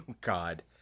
God